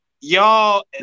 y'all